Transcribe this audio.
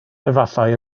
efallai